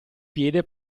piede